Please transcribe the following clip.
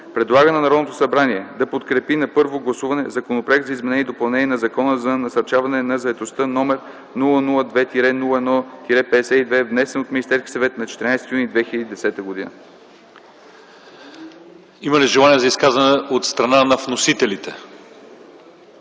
Предлага на Народното събрание да подкрепи на първо гласуване Законопроект за изменение и допълнение на Закона за насърчаване на заетостта, № 002-01-52, внесен от Министерски съвет на 14 юни 2010 г.” ПРЕДСЕДАТЕЛ ЛЪЧЕЗАР ИВАНОВ: Има ли желание за изказване от страна на вносителите?